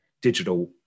digital